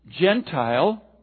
Gentile